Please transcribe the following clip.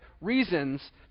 reasons